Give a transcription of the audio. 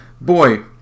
boy